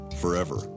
forever